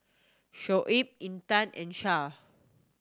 Shoaib Intan and